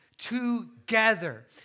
Together